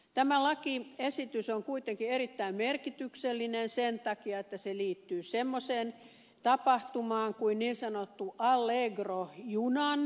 tämä lakiesitys on kuitenkin erittäin merkityksellinen sen takia että se liittyy semmoiseen tapahtumaan kuin niin sanottuun allegro junan lähtöön